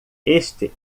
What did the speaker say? este